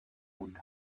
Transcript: would